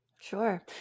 Sure